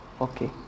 okay